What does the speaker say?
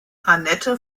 annette